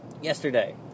yesterday